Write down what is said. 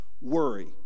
Worry